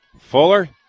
Fuller